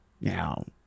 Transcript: Now